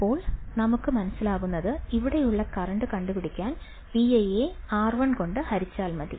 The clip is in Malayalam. ഇപ്പോൾ നമുക്ക് മനസ്സിലാകുന്നത് ഇവിടെയുള്ള കറൻറ് കണ്ടുപിടിക്കാൻ Vi യെ R1 കൊണ്ട് ഹരിച്ചാൽ മതി